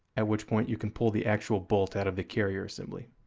at which point you can pull the actual bolt out of the carrier assembly.